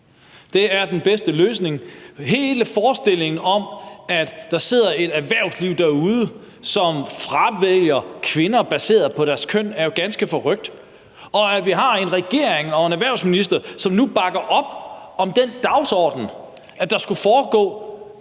Det er den bedste løsning. Hele forestillingen om, at der er et erhvervsliv derude, som fravælger kvinder på grund af deres køn, er ganske forrykt. Og at vi har en regering og en erhvervsminister, som nu bakker op om den dagsorden, at der skulle foregå